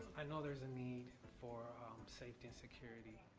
i know there's a need for safety and security,